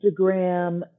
Instagram